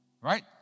Right